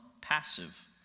passive